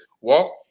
walk